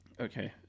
Okay